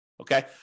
Okay